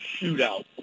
shootout